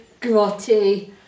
grotty